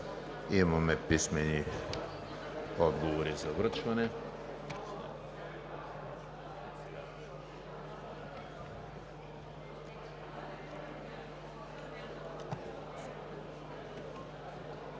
Имаме писмени отговори за връчване.